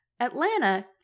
Atlanta